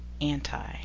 Anti